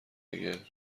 دیگه